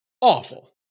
awful